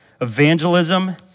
Evangelism